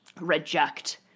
reject